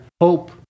hope